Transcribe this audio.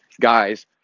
guys